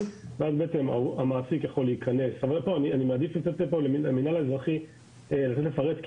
אני מעדיף לתת למינהל האזרחי לפרט,